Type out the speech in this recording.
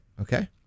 okay